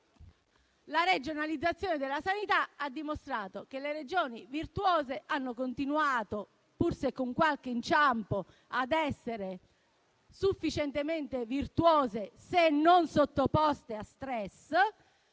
la regionalizzazione della sanità ha dimostrato che le Regioni virtuose hanno continuato, pur se con qualche inciampo, ad essere sufficientemente virtuose, se non sottoposte a stress,